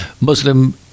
Muslim